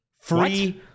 Free